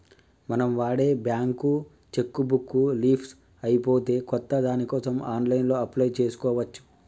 మనం వాడే bank cheque book leafs అయిపోతే కొత్త దానికోసం ఆన్లైన్లో అప్లై చేసుకోవచ్చు